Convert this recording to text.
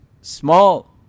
small